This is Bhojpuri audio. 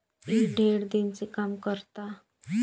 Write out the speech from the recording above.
ई ढेर दिन से काम करता